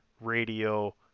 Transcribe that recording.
Radio